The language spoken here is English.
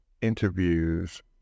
Interviews